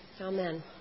amen